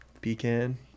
Pecan